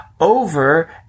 over